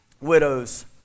widows